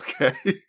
Okay